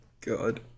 God